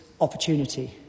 opportunity